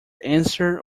answer